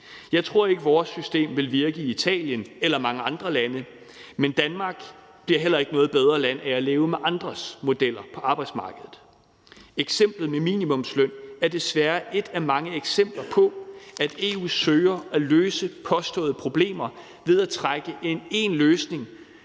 Jeg tror ikke, vores system ville virke i Italien eller mange andre lande, men Danmark bliver heller ikke noget bedre land af at leve med andres modeller på arbejdsmarkedet. Eksemplet med minimumsløn er desværre ét af mange eksempler på, at EU søger at løse påståede problemer ved at foretrække én løsning,